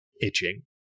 itching